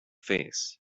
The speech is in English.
face